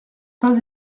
pas